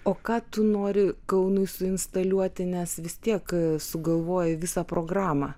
o ką tu nori kaunui suinstaliuoti nes vis tiek sugalvojai visą programą